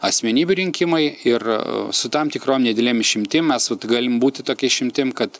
asmenybių rinkimai ir su tam tikrom nedidelėm išimtim mes vat galim būti tokia išimtim kad